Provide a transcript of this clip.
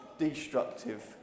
destructive